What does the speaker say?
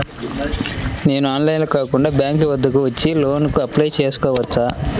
నేను ఆన్లైన్లో కాకుండా బ్యాంక్ వద్దకు వచ్చి లోన్ కు అప్లై చేసుకోవచ్చా?